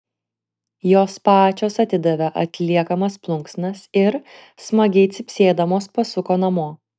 jos pačios atidavė atliekamas plunksnas ir smagiai cypsėdamos pasuko namo